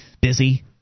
busy